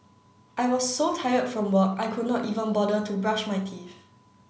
I was so tired from work I could not even bother to brush my teeth